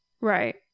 Right